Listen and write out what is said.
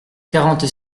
quarante